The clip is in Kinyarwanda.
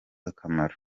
akamaro